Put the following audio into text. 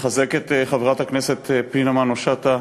לחזק את דברי חברת הכנסת פנינה תמנו-שטה.